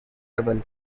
double